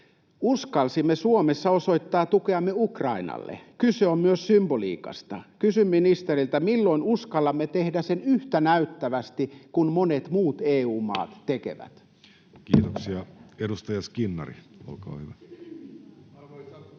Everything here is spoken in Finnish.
Uskalsimme Suomessa osoittaa tukeamme Ukrainalle. Kyse on myös symboliikasta. Kysyn ministeriltä: milloin uskallamme tehdä sen yhtä näyttävästi kuin monet muut EU-maat tekevät?